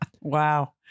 Wow